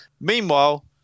Meanwhile